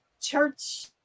church